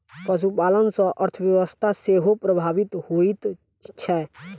पशुपालन सॅ अर्थव्यवस्था सेहो प्रभावित होइत छै